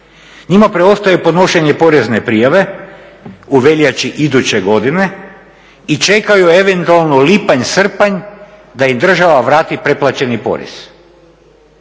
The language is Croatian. Njima preostaje podnošenje porezne prijave u veljači iduće godine i čekaju eventualno lipanj, srpanj da im država vrati pretplaćeni porez.